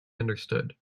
understood